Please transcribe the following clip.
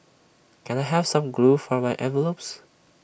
can I have some glue for my envelopes